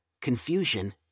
confusion